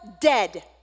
dead